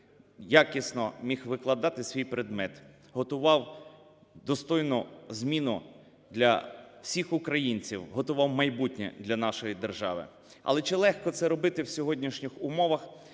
якісно міг викладати свій предмет, готував достойну зміну для всіх українців, готував майбутнє для нашої держави. Але чи легко це робити в сьогоднішніх умовах,